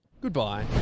Goodbye